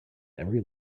every